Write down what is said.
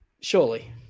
Surely